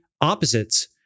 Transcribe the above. opposites